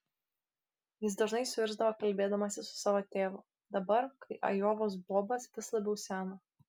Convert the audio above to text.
jis dažnai suirzdavo kalbėdamasis su savo tėvu dabar kai ajovos bobas vis labiau seno